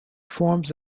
forms